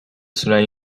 süren